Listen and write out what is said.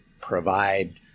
provide